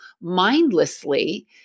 mindlessly